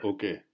Okay